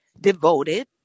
devoted